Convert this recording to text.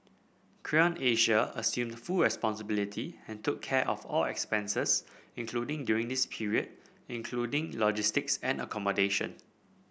Creon Asia assumed full responsibility and took care of all expenses including during this period including logistics and accommodation